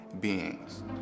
beings